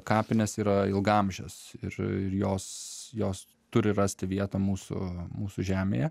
kapinės yra ilgaamžės ir jos jos turi rasti vietą mūsų mūsų žemėje